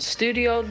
Studio